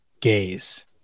gaze